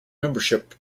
membership